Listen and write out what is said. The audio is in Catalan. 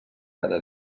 cada